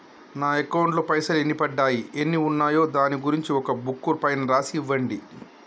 నా అకౌంట్ లో పైసలు ఎన్ని పడ్డాయి ఎన్ని ఉన్నాయో దాని గురించి ఒక బుక్కు పైన రాసి ఇవ్వండి?